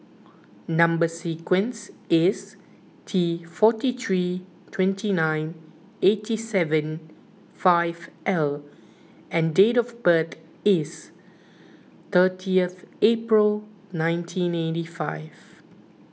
Number Sequence is T forty three twenty nine eighty seven five L and date of birth is thirty April nineteen eighty five